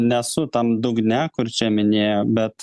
nesu tam dugne kur čia minėjo bet